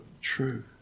true